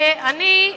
ואני,